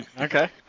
Okay